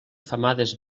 femades